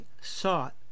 sought